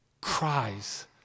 cries